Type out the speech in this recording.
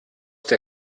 der